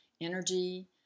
energy